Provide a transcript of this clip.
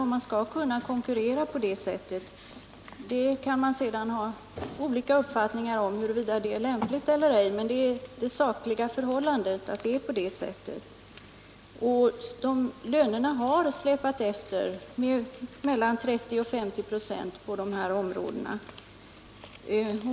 Sedan kan det naturligtvis finnas olika uppfattningar om huruvida detta är lämpligt eller ej, men det sakliga förhållandet är ändå detta. Lönerna har släpat efter med mellan 30 och 50 96 på de här områdena.